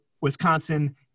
Wisconsin